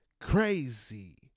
Crazy